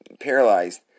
paralyzed